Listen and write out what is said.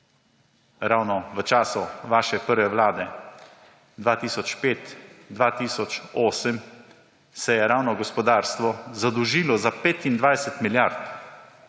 Ravno v času vaše prve vlade 2005–2008 se je ravno gospodarstvo zadolžilo za 25 milijard